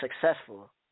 successful